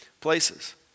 places